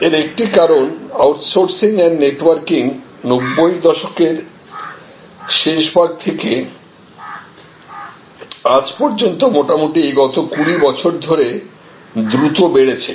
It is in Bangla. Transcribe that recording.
এর একটি কারণ আউটসোর্সিং অ্যান্ড নেটওয়ার্কিং 90 দশকের শেষভাগ থেকে আজ পর্যন্ত মোটামুটি গত কুড়ি বছর ধরে দ্রুত বেড়েছে